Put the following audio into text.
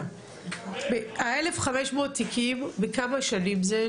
ה-1,500 תיקים בכמה שנים?